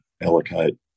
allocate